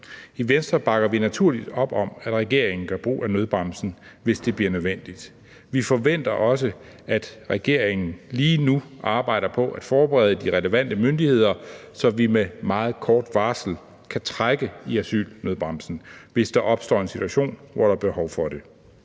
I Venstre bakker vi naturligt op om, at regeringen gør brug af nødbremsen, hvis det bliver nødvendigt. Vi forventer også, at regeringen lige nu arbejder på at forberede de relevante myndigheder, så vi med meget kort varsel kan trække i asylnødbremsen, hvis der opstår en situation, hvor der er behov for det.